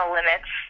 Limits